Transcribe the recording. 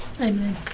Amen